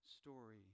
story